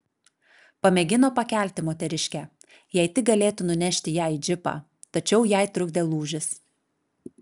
pamėgino pakelti moteriškę jei tik galėtų nunešti ją į džipą tačiau jai trukdė lūžis